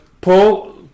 Paul